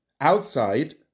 outside